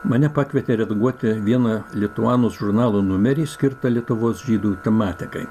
mane pakvietė redaguoti vieną lituanus žurnalo numerį skirtą lietuvos žydų tematikai